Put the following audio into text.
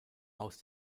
aus